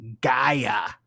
Gaia